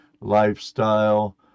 lifestyle